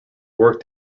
work